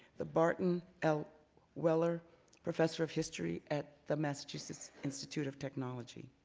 the barton l weller professor of history at the massachusetts institute of technology.